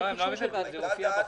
צריך אישור של ועדת הכספים.